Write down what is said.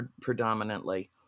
predominantly